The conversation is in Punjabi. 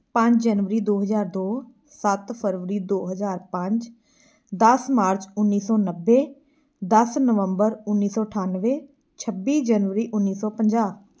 ਪੰਜ ਜਨਵਰੀ ਦੋ ਹਜ਼ਾਰ ਦੋ ਸੱਤ ਫਰਵਰੀ ਦੋ ਹਜ਼ਾਰ ਪੰਜ ਦਸ ਮਾਰਚ ਉੱਨੀ ਸੌ ਨੱਬੇ ਦਸ ਨਵੰਬਰ ਉੱਨੀ ਸੌ ਅਠਾਨਵੇਂ ਛੱਬੀ ਜਨਵਰੀ ਉੱਨੀ ਸੌ ਪੰਜਾਹ